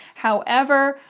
however,